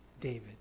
David